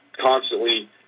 constantly